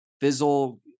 fizzle